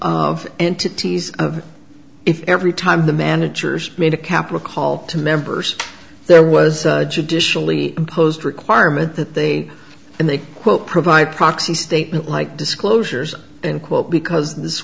of entities if every time the managers made a capital call to members there was judicially imposed requirement that they and they quote provide proxy statement like disclosures in quote because this